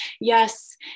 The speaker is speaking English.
yes